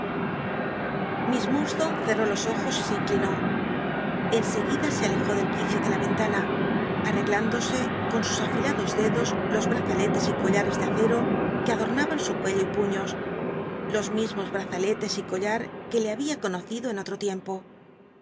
miss iiurdstone cerró los ojos y se inclinó en se guida se alejó del qu icio de la ventana artcglün dosc con sus afilados dedos los brazaletes y collatcs de acero que adol'llaban su cuello y puiíos los mismos brazaletes y collar que le babia conocido en otro tiempo